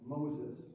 Moses